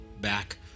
back